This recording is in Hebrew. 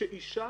שאישה